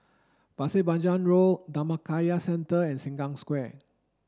Pasir Panjang Road Dhammakaya Centre and Sengkang Square